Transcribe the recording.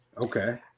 Okay